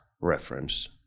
reference